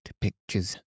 pictures